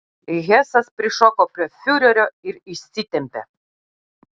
hesas prišoko prie fiurerio ir išsitempė